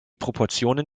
proportionen